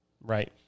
Right